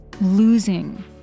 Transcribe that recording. losing